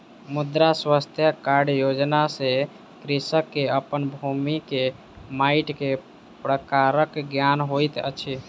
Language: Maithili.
मृदा स्वास्थ्य कार्ड योजना सॅ कृषक के अपन भूमि के माइट के प्रकारक ज्ञान होइत अछि